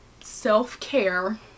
self-care